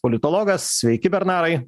politologas sveiki bernarai